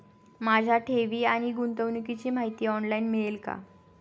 माझ्या ठेवी आणि गुंतवणुकीची माहिती ऑनलाइन मिळेल का?